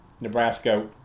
Nebraska